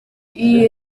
iyi